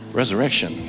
resurrection